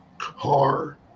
car